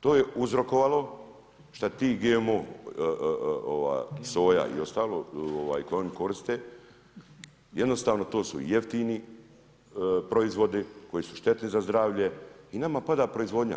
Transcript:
To je uzrokovalo šta ti GMO soja i ostalo, koji one koriste, jednostavno to su jeftini proizvodi koji su štetni za zdravlje i nama pada proizvodnja.